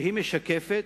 שהיא משקפת,